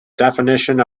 definition